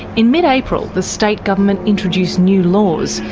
in mid-april the state government introduced new laws,